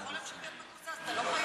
אז אתה לא חייב.